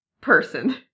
person